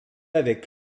avec